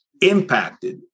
impacted